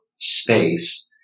space